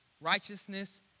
righteousness